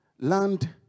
land